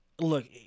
Look